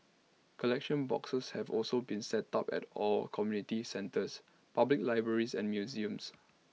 collection boxes have also been set up at all community centres public libraries and museums